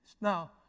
Now